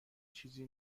چیزی